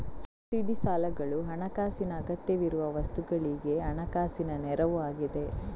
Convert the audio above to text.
subsidy ಸಾಲಗಳು ಹಣಕಾಸಿನ ಅಗತ್ಯವಿರುವ ವಸ್ತುಗಳಿಗೆ ಹಣಕಾಸಿನ ನೆರವು ಆಗಿದೆ